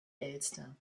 elster